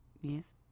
Yes